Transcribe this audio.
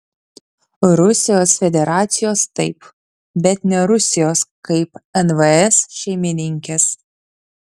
rusijos federacijos taip bet ne rusijos kaip nvs šeimininkės